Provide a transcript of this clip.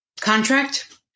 contract